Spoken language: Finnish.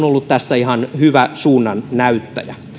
ollut tässä ihan hyvä suunnannäyttäjä